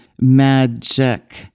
magic